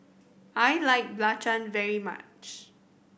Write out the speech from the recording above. I like belacan very much